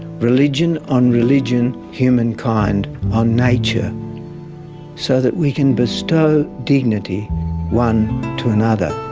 religion on religion, humankind on nature so that we can bestow dignity one to another.